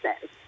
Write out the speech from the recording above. says